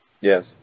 Yes